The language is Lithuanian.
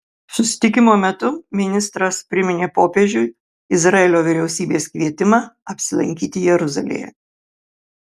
susitikimo metu ministras priminė popiežiui izraelio vyriausybės kvietimą apsilankyti jeruzalėje